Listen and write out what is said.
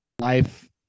life